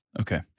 Okay